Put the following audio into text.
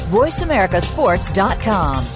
voiceamericasports.com